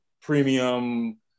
premium